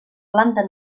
planta